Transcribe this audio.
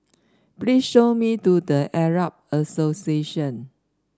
please show me to The Arab Association